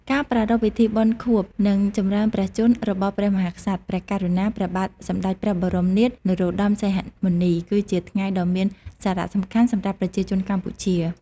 ការប្រារព្ធពិធីបុណ្យខួប និងចម្រើនព្រះជន្មរបស់ព្រះមហាក្សត្រ ព្រះករុណា ព្រះបាទសម្តេចព្រះបរមនាថ នរោត្តម សីហមុនី គឺជាថ្ងៃដ៏មានសារៈសំខាន់សម្រាប់ប្រជាជនកម្ពុជា។